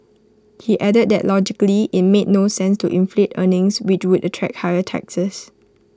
he added that logically IT made no sense to inflate earnings which would attract higher taxes